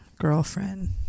girlfriend